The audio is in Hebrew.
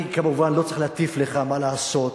אני כמובן לא צריך להטיף לך מה לעשות,